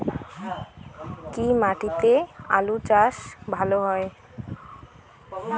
কি মাটিতে আলু চাষ ভালো হয়?